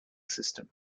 system